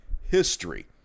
history